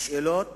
שאלות